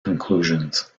conclusions